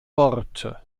worte